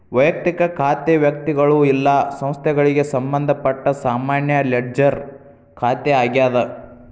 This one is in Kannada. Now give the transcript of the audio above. ವಯಕ್ತಿಕ ಖಾತೆ ವ್ಯಕ್ತಿಗಳು ಇಲ್ಲಾ ಸಂಸ್ಥೆಗಳಿಗೆ ಸಂಬಂಧಪಟ್ಟ ಸಾಮಾನ್ಯ ಲೆಡ್ಜರ್ ಖಾತೆ ಆಗ್ಯಾದ